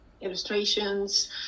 illustrations